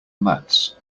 mats